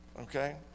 Okay